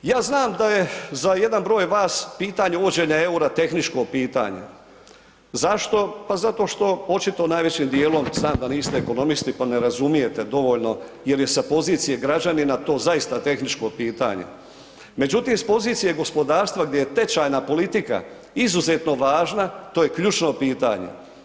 Ja znam da je za jedan broj vas pitanje uvođenja eura tehničko pitanje, zašto, pa zato što očito najvećim djelom, znam da niste ekonomisti pa ne razumijete dovoljno jel je sa pozicije građanina to zaista tehničko pitanje međutim s pozicije gospodarstva gdje je tečajna politika izuzetno važna, to je ključno pitanje.